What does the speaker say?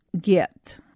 get